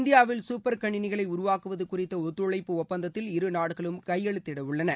இந்தியாவில் சூப்பர் கணினிகளை உருவாக்குவது குறித்த ஒத்துழைப்பு ஒப்பந்தத்தில் இரு நாடுகளும் கையெழுத்திடவுள்ளன